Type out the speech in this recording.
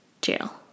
jail